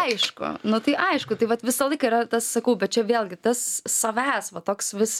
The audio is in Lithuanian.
aišku nu tai aišku tai vat visąlaik yra tas sakau bet čia vėlgi tas savęs va toks vis